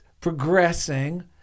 progressing